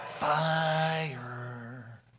Fire